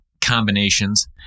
combinations